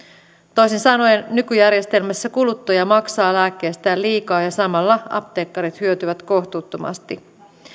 toisin sanoen nykyjärjestelmässä kuluttaja maksaa lääkkeistään liikaa ja samalla apteekkarit hyötyvät kohtuuttomasti